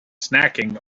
snacking